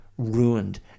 Ruined